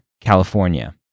California